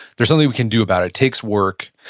there's nothing we can do about it, it takes work